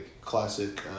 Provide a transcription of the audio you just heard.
classic